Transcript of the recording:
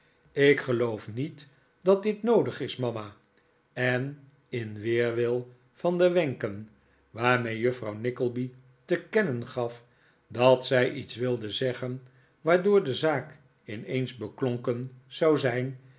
ik geloof niet dat dit noodig is mama en in weerwil van de wenken waarmee juffrouw nickleby te kennen gaf dat zij iets wilde zeggen waardoor de zaak in eens beklonken zou zijn